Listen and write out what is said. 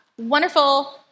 Wonderful